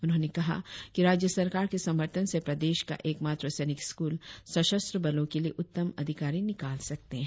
उन्होंने कहा कि राज्य सरकार के समर्थन से प्रदेश का एकमात्र सैनिक स्कूल सशस्त्र बलों के लिए उत्तम अधिकारी निकाल सकते है